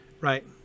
right